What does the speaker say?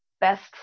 best